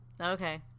okay